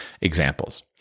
examples